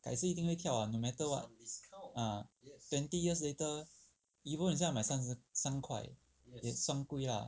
改次一定会跳 [what] no matter [what] ah twenty years later 以后你再买要三十三块算贵 lah